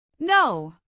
No